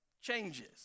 changes